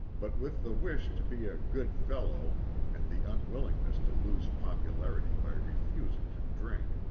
but with the wish to be a good fellow and the unwillingness to lose popularity by refusing to drink,